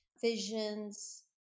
visions